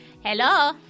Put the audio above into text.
Hello